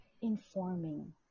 Informing